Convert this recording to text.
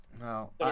No